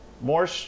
more